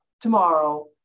tomorrow